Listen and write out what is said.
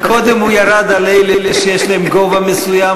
קודם הוא ירד על אלה שיש להם גובה מסוים,